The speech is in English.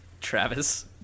Travis